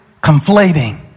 conflating